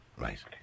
Right